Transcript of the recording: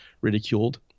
ridiculed